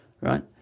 right